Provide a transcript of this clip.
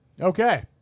Okay